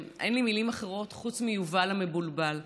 אין לי מילים אחרות חוץ מ"יובל המבולבל".